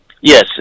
Yes